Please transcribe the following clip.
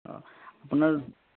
অঁ আপোনাৰ